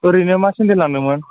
ओरैनो मा सेन्देल लांदोंमोन